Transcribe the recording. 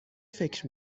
فکر